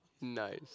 Nice